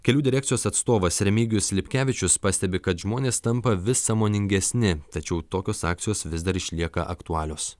kelių direkcijos atstovas remigijus lipkevičius pastebi kad žmonės tampa vis sąmoningesni tačiau tokios akcijos vis dar išlieka aktualios